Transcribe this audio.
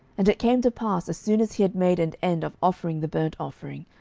and it came to pass, as soon as he had made an end of offering the burnt offering,